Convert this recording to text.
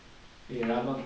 !hey! abang